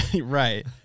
Right